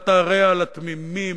אל תרע לתמימים,